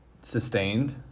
sustained